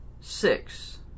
six